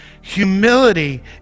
humility